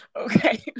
Okay